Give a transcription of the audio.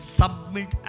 submit